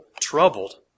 troubled